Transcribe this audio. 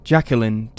Jacqueline